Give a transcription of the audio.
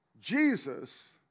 Jesus